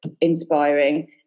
inspiring